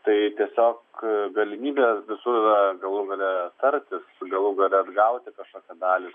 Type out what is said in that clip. tai tiesiog galimybė visų yra galų gale tartis galų gale atgauti kažkokią dalį